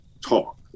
talk